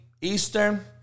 Eastern